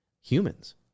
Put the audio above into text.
humans